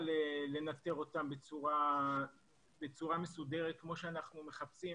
לנטר אותן בצורה מסודרת כמו שאנחנו מחפשים